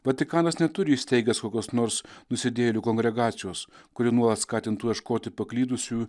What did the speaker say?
vatikanas neturi įsteigęs kokios nors nusidėjėlių kongregacijos kuri nuolat skatintų ieškoti paklydusių